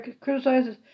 criticizes